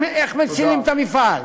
איך מצילים את המפעל,